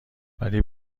ولی